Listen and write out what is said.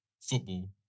football